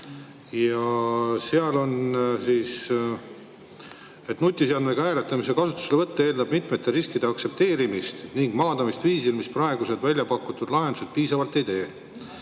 Seal on kirjas, et nutiseadmega hääletamise kasutuselevõtt eeldab mitmete riskide aktsepteerimist ning maandamist viisil, mida praegused väljapakutud lahendused piisavalt ei tee,